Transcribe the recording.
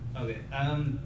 Okay